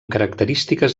característiques